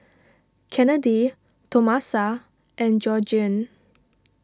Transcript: Kennedy Tomasa and Georgiann